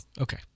Okay